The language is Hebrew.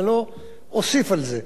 ואני לא אוסיף על זה.